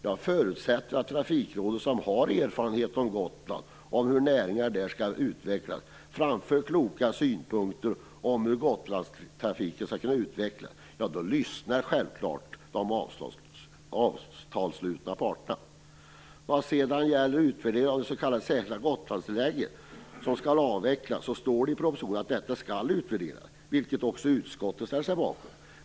Jag förutsätter att om Trafikrådet, som har erfarenhet av hur näringen på Gotland skall utvecklas, framför kloka synpunkter på hur Gotlandstrafiken skall utvecklas, så lyssnar de avtalsslutande parterna. Vad sedan gäller avvecklingen av de s.k. särskilda Gotlandstillägen står det i propositionen att den skall utvärderas, vilket också utskottet ställer sig bakom.